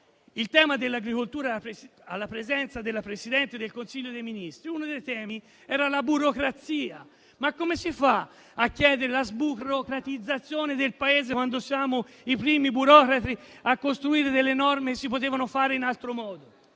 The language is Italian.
il tema dell'agricoltura alla presenza della Presidente del Consiglio dei ministri, uno dei punti era la burocrazia. Ma come si fa a chiedere la sburocratizzazione del Paese quando noi siamo i primi burocrati che costruiscono norme che si potevano fare in altro modo,